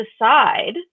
decide